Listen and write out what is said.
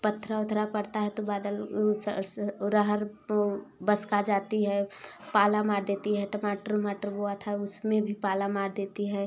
पत्थर ओथरा पड़ता है तो बादल सरसो अरहर बसका जाती है पाला मार देती है टमाटर ओमाटर हुआ था उसमें भी पाला मार देती है